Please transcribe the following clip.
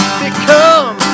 become